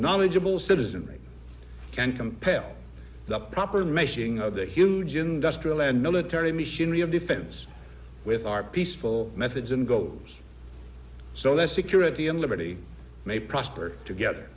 knowledgeable citizenry can compel the proper measuring of the huge industrial and military machinery of defense with our peaceful methods and goes so that security and liberty may prosper together